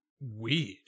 weird